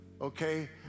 okay